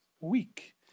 week